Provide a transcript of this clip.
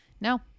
No